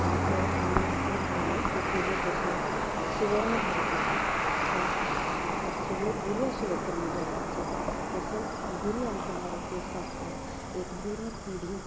आमी म्हटलां न्ही की पुर्वी तसो सुवर्ण भारत आशिल्लो सगलो गुरू आशिल्लो पूर्ण जगाचो तसो गुरू आमकां भारत देशातलो एक बरी पिढी